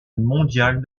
mondial